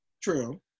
True